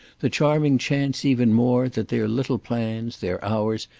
the charming chance, even more, that their little plans, their hours,